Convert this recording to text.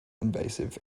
invasive